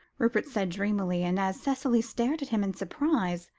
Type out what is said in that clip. rupert said dreamily and, as cicely stared at him in surprise,